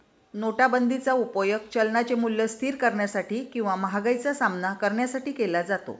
नोटाबंदीचा उपयोग चलनाचे मूल्य स्थिर करण्यासाठी किंवा महागाईचा सामना करण्यासाठी केला जातो